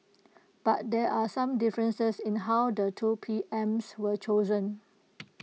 but there are some differences in how the two PMs were chosen